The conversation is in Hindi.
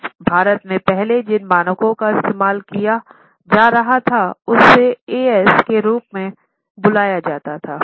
अब भारत में पहले जिन मानकों का इस्तेमाल किया जा रहा था उससे एएस के रूप में बुलाया जाता था